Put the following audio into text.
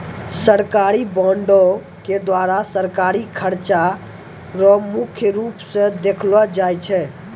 सरकारी बॉंडों के द्वारा सरकारी खर्चा रो मुख्य रूप स देखलो जाय छै